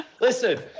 Listen